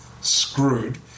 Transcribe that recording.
screwed